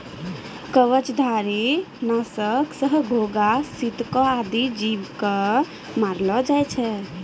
कवचधारी? नासक सँ घोघा, सितको आदि जीव क मारलो जाय छै